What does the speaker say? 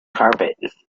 carpet